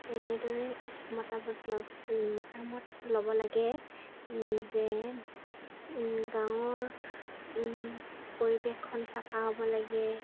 এনেদৰে মতামত মতামত ল'ব লাগে যে গাঁৱৰ পৰিৱেশখন চাফা হ'ব লাগে